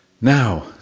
Now